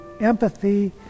empathy